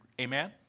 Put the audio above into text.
amen